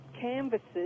canvases